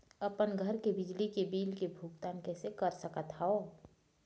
अपन घर के बिजली के बिल के भुगतान कैसे कर सकत हव?